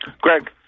Greg